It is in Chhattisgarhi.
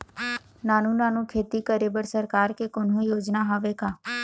नानू नानू खेती करे बर सरकार के कोन्हो योजना हावे का?